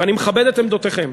ואני מכבד את עמדותיכם.